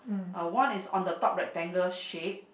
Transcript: uh one is on the top rectangle shape